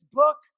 book